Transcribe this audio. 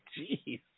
jeez